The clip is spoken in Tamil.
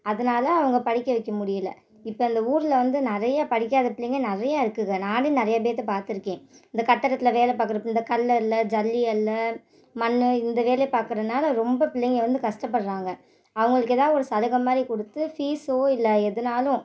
அதனால அவங்க படிக்க வைக்க முடியல இப்போ இந்த ஊர்ல வந்து நிறையா படிக்காத பிள்ளைங்கள் நிறையா இருக்குங்க நானும் நிறையா பேர்த்த பார்த்துருக்கேன் இந்த கட்டடத்தில் வேலை பார்க்குற பிள்ளை கல் அள்ள ஜல்லி அள்ள மண் இந்த வேலையை பார்க்கறதுனால ரொம்ப பிள்ளைங்கள் வந்து கஷ்டப்படுறாங்க அவங்களுக்கு எதாது ஒரு சலுகை மாதிரி கொடுத்து ஃபீஸோ இல்லை எதுன்னாலும்